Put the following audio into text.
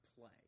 play